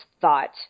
thought